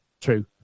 true